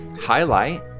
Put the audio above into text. highlight